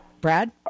Brad